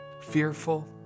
Fearful